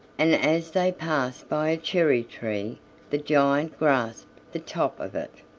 and as they passed by a cherry tree the giant grasped the top of it,